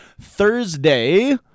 Thursday